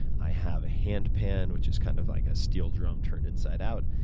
i have a hand pan, which is kind of like a steel drum turned inside out.